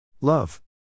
Love